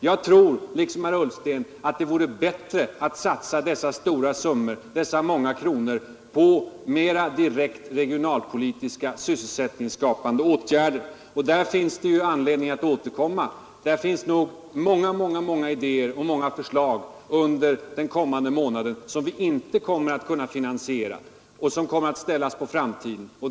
Liksom herr Ullsten tror jag att det vore bättre att satsa dessa stora summor på mera direkt sysselsättningsskapande åtgärder. Det området finns det ju anledning att återkomma till. Det kommer att vara många, många regionalpolitiska idéer och förslag som vi under den ställas på kommande månaden inte kan finansiera och som måste framtiden.